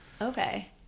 Okay